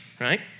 right